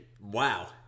Wow